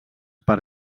per